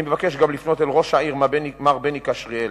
אני מבקש גם לפנות אל ראש העיר, מר בני כשריאל,